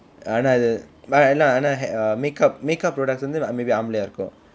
ஆனா அது:aanaa athu but ஆனா ஆனா:aanaa aanaa hair uh make up make up products வந்து:vanthu maybe ஆம்பளையா இருக்கும்:aambalayaa irukkum